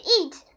eat